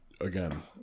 again